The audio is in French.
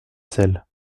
sel